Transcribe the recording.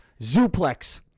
Zuplex